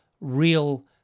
real